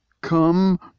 Come